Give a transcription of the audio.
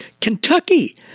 Kentucky